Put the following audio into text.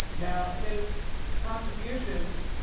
now, his contributions,